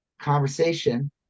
conversation